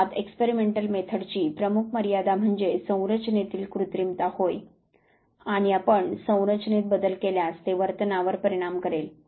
अर्थात एक्सपेरिमेंटल मेथडची प्रमुख मर्यादा म्हणजे संरचनेतील कृत्रिमता होय आणि आपण संरचनेत बदल केल्यास ते वर्तनावरपरिणाम करेल